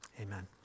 amen